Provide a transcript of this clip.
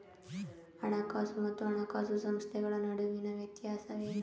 ಹಣಕಾಸು ಮತ್ತು ಹಣಕಾಸು ಸಂಸ್ಥೆಗಳ ನಡುವಿನ ವ್ಯತ್ಯಾಸವೇನು?